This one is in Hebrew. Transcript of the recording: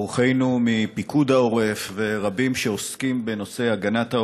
אורחינו מפיקוד העורף ורבים שעוסקים בנושא הגנת העורף,